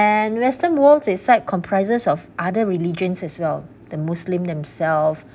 and western wall inside comprises of other religions as well the muslim themselves